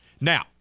now